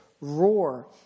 roar